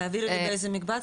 תעבירי לי באיזה מקבץ,